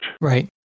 Right